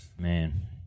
man